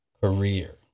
career